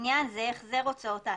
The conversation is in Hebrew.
לעניין זה, "החזר הוצאות ההתקנה"